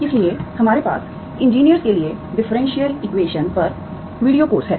इसलिए हमारे पास इंजीनियर्स के लिए डिफरेंशियल इक्वेशन पर वीडियो कोर्स है